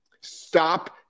stop